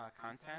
content